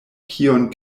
kiun